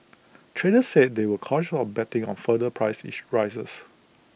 traders said they were cautious on betting on further price each rises